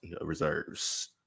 Reserves